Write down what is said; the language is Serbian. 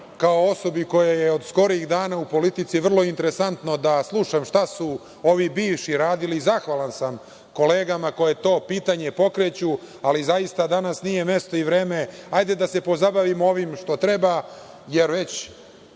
kao osobi koja je od skorijih dana u politici, vrlo interesantno da slušam šta su ovi bivši radili. Zahvalan sam kolegama koje to pitanje pokreću, ali zaista danas nije mesto i vreme, hajde da se pozabavimo ovim što treba, jer već